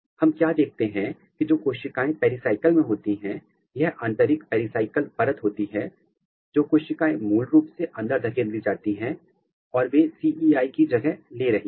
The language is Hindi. हम क्या देखते हैं कि जो कोशिकाएं पेरिसायकल में होती हैं यह आंतरिक पेराइकल परत होती है जो कोशिकाएं मूल रूप से अंदर धकेल दी जाती हैं और वे CEI की जगह ले रही हैं